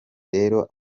rero